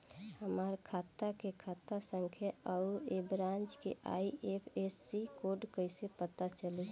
हमार खाता के खाता संख्या आउर ए ब्रांच के आई.एफ.एस.सी कोड कैसे पता चली?